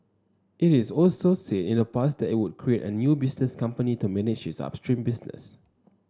it is also said in the past that it would create a new business company to manage its upstream business